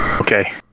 Okay